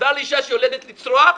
מותר לאישה שיולדת לצרוח,